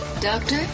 Doctor